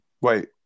Wait